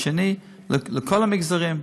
לכל המגזרים,